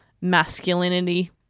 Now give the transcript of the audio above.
masculinity